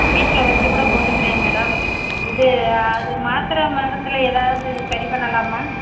வீட்டில் வச்சு கூட போட்டுக்கிறேன் மேடம் இது அது மாத்திர மருந்தில் ஏதாவது சரி பண்ணலாமா